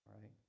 right